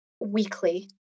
weekly